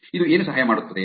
ಇದು ಏನು ಸಹಾಯ ಮಾಡುತ್ತದೆ